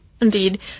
indeed